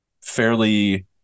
fairly